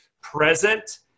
present